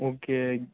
okay